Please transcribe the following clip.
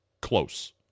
close